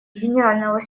генерального